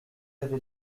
avez